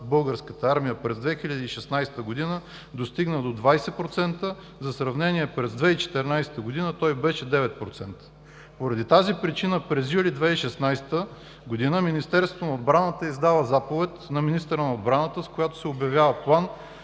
Българската армия през 2016 г. достигна до 20%, за сравнение – през 2014 г. той беше 9%. Поради тази причина през месец юли 2016 г. Министерството на отбраната издава заповед на министъра на отбраната, с която се обявява план